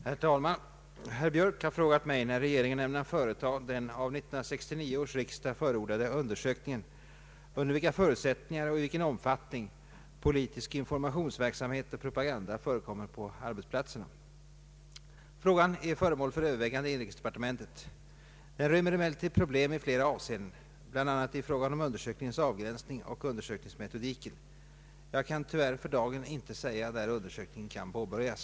Herr talman! Herr Björk har frågat mig när regeringen ämnar företaga den av 1969 års riksdag förordade undersökningen under vilka förutsättningar och i vilken omfattning politisk informationsverksamhet och propaganda förekommer på arbetsplatserna. Frågan är föremål för övervägande i inrikesdepartementet. Den rymmer emellertid problem i flera avseenden, bl.a. i fråga om undersökningens avgränsning och undersökningsmetodiken. Jag kan tyvärr för dagen inte säga när undersökningen kan påbörjas.